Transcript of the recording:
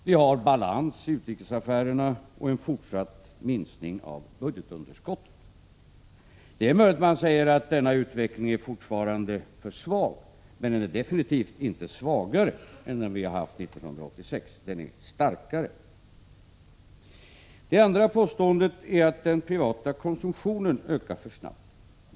Vi har balans i utrikesaffärerna och en fortsatt minskning av budgetunderskottet. Det är möjligt att man känner att denna utveckling fortfarande är för svag, men den är definitivt inte svagare än den vi har haft 1986. Den är starkare. Det andra påståendet är att den privata konsumtionen ökar för snabbt.